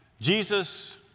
Jesus